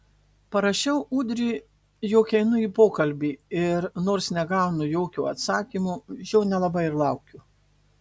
parašau ūdriui jog einu į pokalbį ir nors negaunu jokio atsakymo jo nelabai ir laukiu